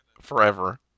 forever